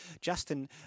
Justin